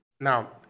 Now